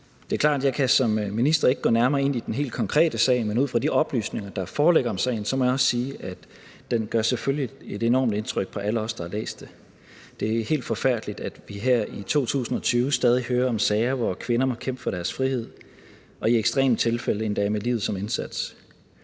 jeg som minister ikke kan gå nærmere ind i den helt konkrete sag, men ud fra de oplysninger, der foreligger om sagen, må jeg også sige, at den selvfølgelig gør et enormt indtryk på alle os, der har læst den. Det er helt forfærdeligt, at vi her i 2020 stadig hører om sager, hvor kvinder må kæmpe for deres frihed og i ekstreme tilfælde endda med livet som indsats.